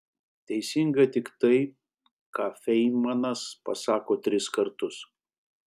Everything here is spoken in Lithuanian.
teisinga tik tai ką feinmanas pasako tris kartus